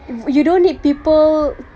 you don't need people